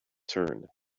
turn